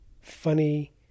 funny